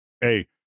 Hey